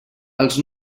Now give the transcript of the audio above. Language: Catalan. els